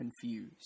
confused